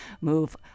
move